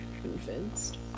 convinced